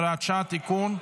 הוראת שעה) (תיקון)